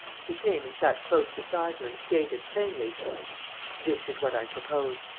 he came and sat close beside her and stated, plainly this is what i propose.